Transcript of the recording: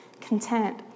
content